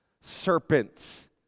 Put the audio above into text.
serpents